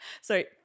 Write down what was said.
sorry